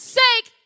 sake